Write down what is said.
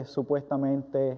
supuestamente